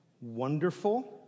wonderful